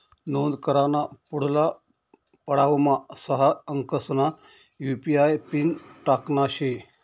नोंद कराना पुढला पडावमा सहा अंकसना यु.पी.आय पिन टाकना शे